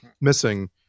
missing